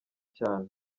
cyane